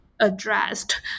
addressed